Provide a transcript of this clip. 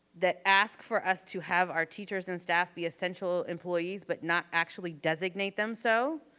that asked for us to have our teachers and staff be essential employees, but not actually designate them so.